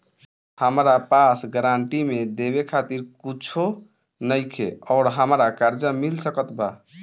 हमरा पास गारंटी मे देवे खातिर कुछूओ नईखे और हमरा कर्जा मिल सकत बा?